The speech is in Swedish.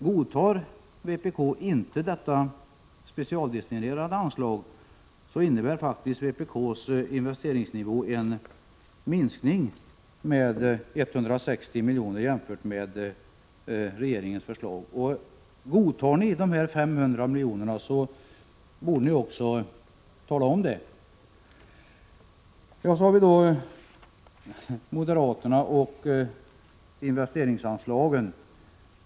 Godtar vpk inte det specialdestinerade anslaget, så innebär faktiskt vpk:s investeringsnivå en minskning med 160 milj.kr. jämfört med regeringens förslag. Om ni däremot godtar anslaget på 500 milj.kr. borde ni också tala om det. Så har vi moderaterna och investeringsanslagen.